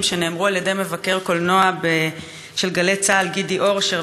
שנאמרו על-ידי מבקר הקולנוע של "גלי צה"ל" גידי אורשר.